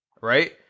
right